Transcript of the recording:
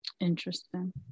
Interesting